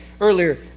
earlier